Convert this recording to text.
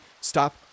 Stop